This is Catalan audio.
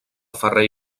ferrer